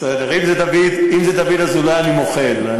בסדר, אם זה דוד אזולאי, אני מוחל.